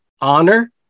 honor